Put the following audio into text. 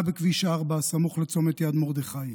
בתאונה בכביש 4 סמוך לצומת יד מרדכי.